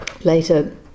Later